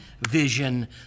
Vision